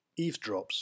eavesdrops